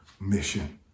mission